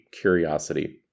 curiosity